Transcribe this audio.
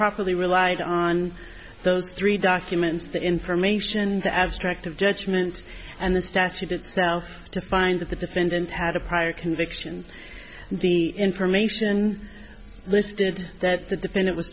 properly relied on those three documents the information the abstract of judgment and the statute itself to find that the defendant had a prior conviction the information listed that the defendant w